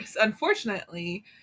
unfortunately